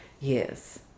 Yes